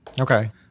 Okay